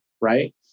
right